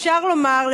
אפשר לומר,